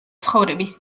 ცხოვრების